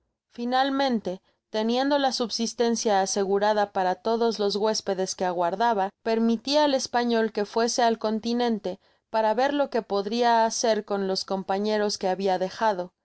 finalmente teniendo la subsistencia asegurada para todos los huespedes que aguardaba permiti al español que fuese al continente para ver lo que podria hacer con los compañeros que habia dejado